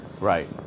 Right